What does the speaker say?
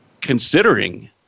considering